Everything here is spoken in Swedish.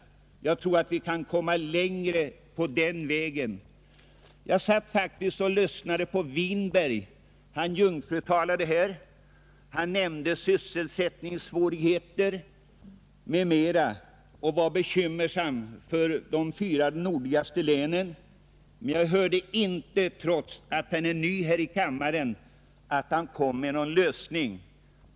Jag tror att vi kan komma längre den vägen. Jag satt och lyssnade på herr Winberg. Han jungfrutalade här. Han nämnde sysselsättningssvårigheter m.m. och var bekymrad för de fyra nordligaste länen, men trots att han är ny här i kammaren hörde jag inte att han kom med någon lösning.